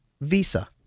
Visa